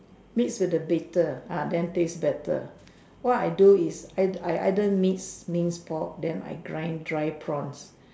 miss the bitter identify the better why do you this I I I don't miss means poll them I cream dry prance